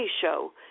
show